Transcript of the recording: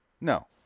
No